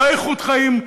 לא איכות חיים,